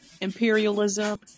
imperialism